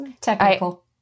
Technical